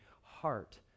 heart